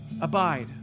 Abide